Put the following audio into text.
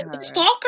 stalker